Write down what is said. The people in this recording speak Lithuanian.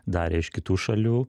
darė iš kitų šalių